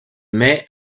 mai